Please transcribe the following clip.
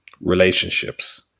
relationships